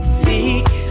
seek